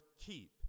keep